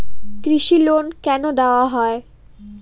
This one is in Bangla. কৃষি লোন কেন দেওয়া হয়?